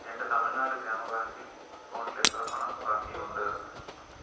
എൻ്റെ തമിഴ്നാട് ഗ്രാമ ബേങ്കിൽ എക്കൗണ്ടിൽ എത്ര പണം ബാക്കിയുണ്ട്